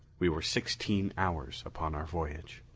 we were sixteen hours upon our voyage.